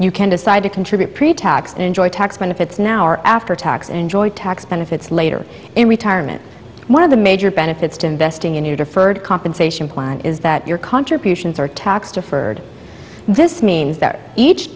you can decide to contribute pretax and enjoy tax benefits now or after tax enjoy tax benefits later in retirement one of the major benefits to investing in your deferred compensation plan is that your contributions are tax deferred this means that each